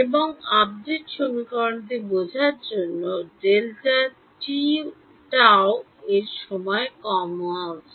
এবং আপডেট সমীকরণটি বোঝার জন্য এই ডেল্টা টিউ এর চেয়ে কম হওয়া উচিত